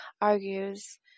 argues